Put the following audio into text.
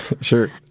Sure